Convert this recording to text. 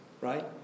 right